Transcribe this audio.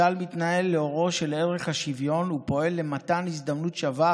צה"ל מתנהל לאורו של ערך השוויון ופועל למתן הזדמנות שווה